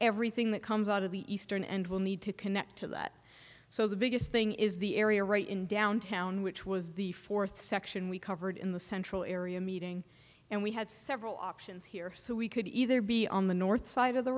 everything that comes out of the eastern and we'll need to connect to that so the biggest thing is the area right in downtown which was the fourth section we covered in the central area meeting and we had several options here so we could either be on the north side of the